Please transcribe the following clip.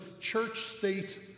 church-state